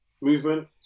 movement